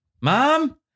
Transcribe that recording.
mom